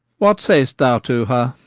what say'st thou to her?